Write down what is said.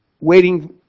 waiting